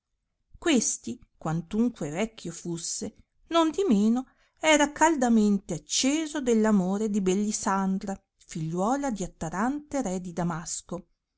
questi quantunque vecchio fusse nondimeno era caldamente acceso dell amore di bellisandra figliuola di attarante re di damasco